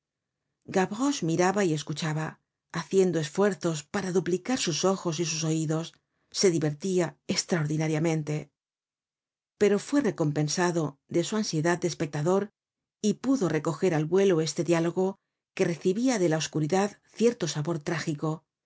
gavroche miraba y escuchaba haciendo esfuerzos para duplicar sus ojos y sus oidos se divertia estraordinariamente pero fue recompensado de su ansiedad de espectador y pudo coger al vuelo este diálogo que recibia de la oscuridad cierto sabor trágico